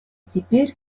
теперь